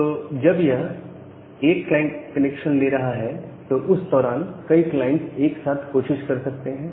तो जब यह एक क्लाइंट कनेक्शन ले रहा है तो उस दौरान कई क्लाइंट्स एक साथ कोशिश कर सकते हैं